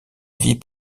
vie